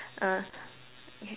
uh okay